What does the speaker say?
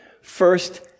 first